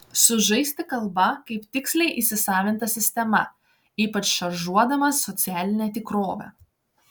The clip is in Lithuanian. sužaisti kalba kaip tiksliai įsisavinta sistema ypač šaržuodamas socialinę tikrovę